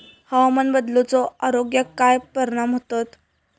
हवामान बदलाचो आरोग्याक काय परिणाम होतत?